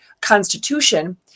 constitution